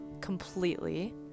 completely